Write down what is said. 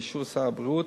באישור שר הבריאות